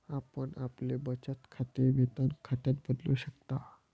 आपण आपले बचत खाते वेतन खात्यात बदलू शकता